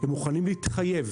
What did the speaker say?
הם מוכנים להתחייב